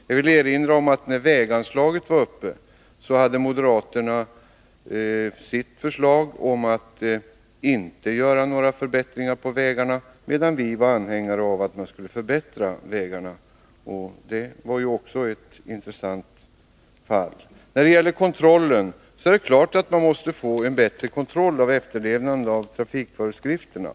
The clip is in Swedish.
Jag vill dessutom erinra om, att när frågan om anslag till vägarna var uppe, hade moderaterna ett förslag om att inte göra några förbättringar beträffande vägarna, medan vi var anhängare av att förbättra vägarna. Det är också ett intressant faktum. Beträffande kontrollen är det klart att det måste vara en bättre sådan när det gäller efterlevanden av trafikföreskrifterna.